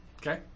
Okay